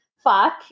fuck